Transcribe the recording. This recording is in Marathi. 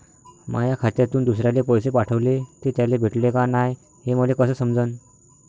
माया खात्यातून दुसऱ्याले पैसे पाठवले, ते त्याले भेटले का नाय हे मले कस समजन?